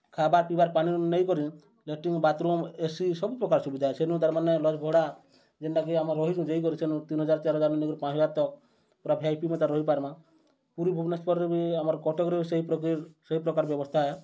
ଖାବାର୍ ପିବାର୍ ପାଣି ନେଇକରି ଲେଟ୍ରିଙ୍ଗ୍ ବାଥ୍ରୁମ୍ ଏ ସି ସବୁପ୍ରକାର୍ ସୁବିଧା ସେନୁ ତାର୍ମାନେ ଲଜ୍ ଭଡ଼ା ଯେନ୍ଟାକି ଆମେ ରହିଚୁଁ ଯାଇକରି ସେନୁ ତିନ୍ ହଜାର୍ ଚାର୍ ହଜାର୍ ନିକରି ପାଞ୍ଚ୍ ହଜାର୍ ତ ପୁରା ଭି ଆଇ ପି ମେତାନ୍ ରହିପାର୍ମା ପୁରୀ ଭୁବନେଶ୍ୱର୍ରେ ବି ଆମର୍ କଟକ୍ରେ ସେ ସେ ପ୍ରକାର୍ ବ୍ୟବସ୍ଥା ଏ